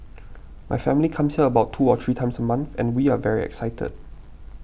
my family comes here about two or three times a month and we are very excited